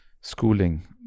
schooling